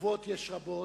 תשובות יש רבות,